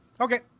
Okay